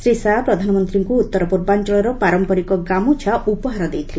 ଶ୍ରୀ ଶାହା ପ୍ରଧାନମନ୍ତ୍ରୀଙ୍କୁ ଉତ୍ତର ପୂର୍ବାଞ୍ଚଳର ପାରମ୍ପରିକ ଗାମୁଛା ଉପହାର ଦେଇଥିଲେ